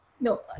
No